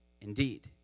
indeed